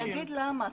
אני אגיד למה,